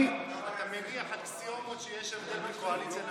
אתה מניח אקסיומות שיש הבדל בין קואליציה לאופוזיציה?